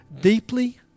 deeply